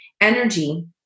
energy